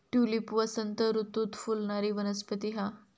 tulip वसंत ऋतूत फुलणारी वनस्पती हा